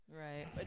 right